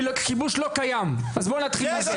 כי כיבוש לא קיים אז בוא נתחיל מזה.